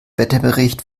wetterbericht